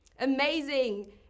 Amazing